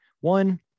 One